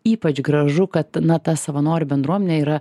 ypač gražu kad na ta savanorių bendruomenė yra